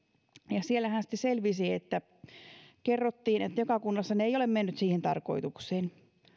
ja siellähän sitten selvisi kerrottiin että joka kunnassa ne eivät ole menneet siihen tarkoitukseen